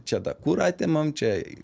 čia tą kurą atimam čia